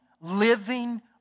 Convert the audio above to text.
living